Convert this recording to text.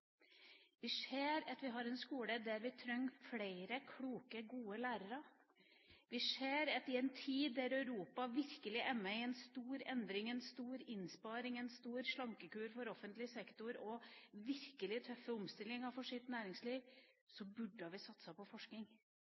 Vi ser at vi har en skole der vi trenger flere kloke, gode lærere. Vi ser at i en tid da Europa virkelig er med i en stor endring, en stor innsparing, en stor slankekur for offentlig sektor og virkelig tøffe omstillinger for sitt næringsliv, så burde vi satse på forskning.